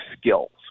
skills